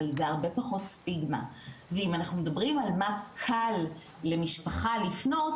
אבל זה הרבה פחות סטיגמה ואם אנחנו מדברים על מה קל למשפחה לפנות,